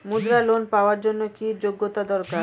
মুদ্রা লোন পাওয়ার জন্য কি যোগ্যতা দরকার?